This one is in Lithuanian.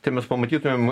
tai mes pamatytumėm